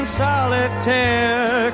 solitaire